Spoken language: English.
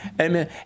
Amen